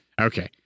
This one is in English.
okay